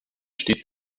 steht